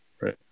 right